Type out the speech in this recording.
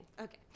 Okay